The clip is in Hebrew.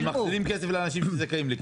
אבל מחזירים כסף לאנשים שזכאים לכסף?